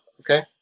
okay